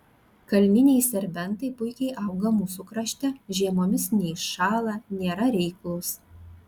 kalniniai serbentai puikiai auga mūsų krašte žiemomis neiššąla nėra reiklūs